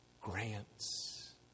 grants